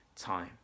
time